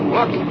Look